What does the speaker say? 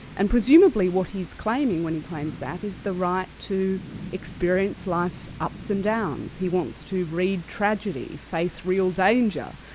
and presumably what he's claiming when he claims that, is the right to experience life's ups and downs he wants to read tragedy, face real danger.